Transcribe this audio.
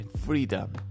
freedom